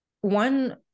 One